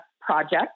project